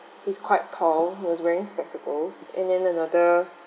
he's quite tall was wearing spectacles and then another